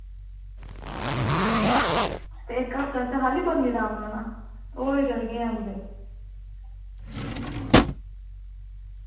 ते एह् इक्क हफ्ते आस्तै खाल्ली पत्नीटॉप रौह्ना होर चलगे जां कुदै